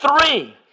Three